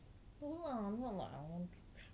no lah not like I want to